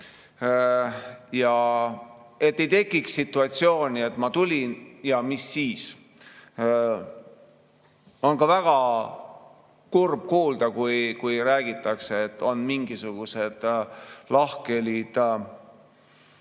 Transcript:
et ei tekiks situatsiooni, et ma tulin ja mis siis. On väga kurb kuulda, kui räägitakse, et on mingisugused lahkhelid